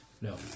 No